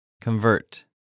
Convert